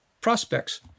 prospects